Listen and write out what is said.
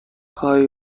هایی